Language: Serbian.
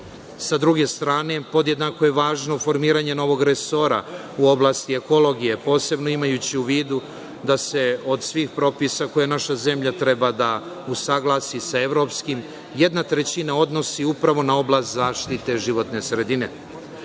Sa druge strane, podjednako je važno formiranje novog resora u oblasti ekologije, posebno imajući u vidu da se od svih propisa koje naša zemlja treba da usaglasi sa evropskim, 1/3 odnosi upravo na oblast zaštite životne sredine. Podaci